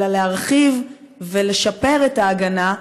אלא להרחיב ולשפר את ההגנה,